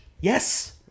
Yes